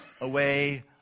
away